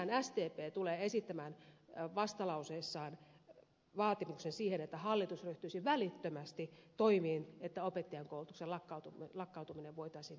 sen sijaan sdp tulee esittämään vastalauseessaan vaatimuksen siitä että hallitus ryhtyisi välittömästi toimiin että opettajankoulutuksen lakkautuminen voitaisiin estää